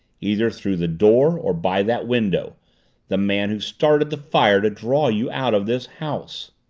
either through the door or by that window the man who started the fire to draw you out of this house.